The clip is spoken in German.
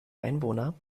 einwohner